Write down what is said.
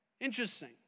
Interesting